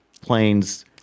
planes